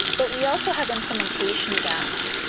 but we also have implementation gaps.